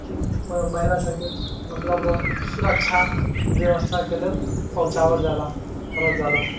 महिला सबके मतलब सुरक्षा बेबस्थाके लेल पहुँचाबल जालऽ करल जालऽ